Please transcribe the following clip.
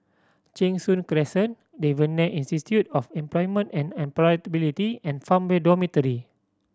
Cheng Soon Crescent Devan Nair Institute of Employment and Employability and Farmway Dormitory